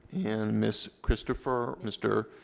and miss christopher. mister.